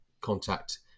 contact